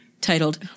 titled